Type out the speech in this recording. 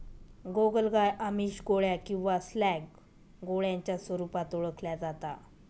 गोगलगाय आमिष, गोळ्या किंवा स्लॅग गोळ्यांच्या स्वरूपात ओळखल्या जाता